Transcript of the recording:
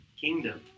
kingdom